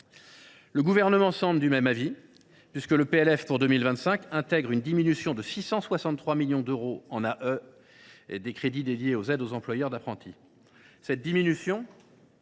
Le Gouvernement semble du même avis, puisque le PLF pour 2025 intègre une diminution de 663 millions d’euros en autorisations d’engagement des crédits dédiés aux aides aux employeurs d’apprentis.